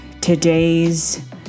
today's